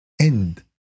end